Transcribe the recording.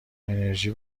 انِرژی